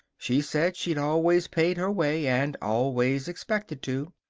she said she'd always paid her way and always expected to.